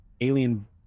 alien